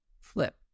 flip